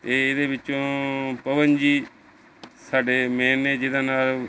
ਅਤੇ ਇਹਦੇ ਵਿੱਚੋਂ ਪਵਨ ਜੀ ਸਾਡੇ ਮੇਨ ਨੇ ਜਿਹਦੇ ਨਾਲ